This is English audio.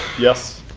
yes.